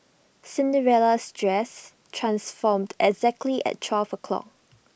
Cinderella's dress transformed exactly at twelve o'clock